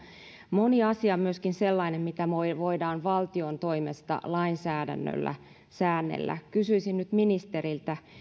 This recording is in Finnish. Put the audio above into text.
moni asia on myöskin sellainen mitä voidaan valtion toimesta lainsäädännöllä säännellä kysyisin nyt ministeriltä